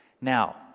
Now